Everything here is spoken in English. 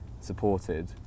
supported